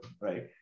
right